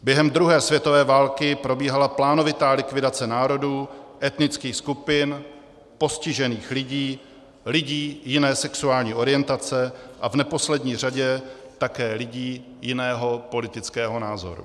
Během druhé světové války probíhala plánovitá likvidace národů, etnických skupin, postižených lidí, lidí jiné sexuální orientace a v neposlední řadě také lidí jiného politického názoru.